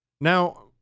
Now